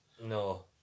No